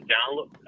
download